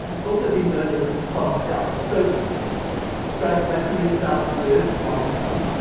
and it's also been known as pond scum. so that's right, my career started with pond scum.